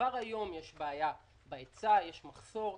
כבר היום יש בעיה בהיצע, יש מחסור.